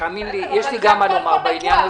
תאמין לי, יש לי גם מה לומר בעניין הזה.